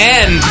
end